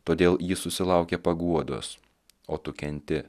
todėl ji susilaukė paguodos o tu kenti